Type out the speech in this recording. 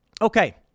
okay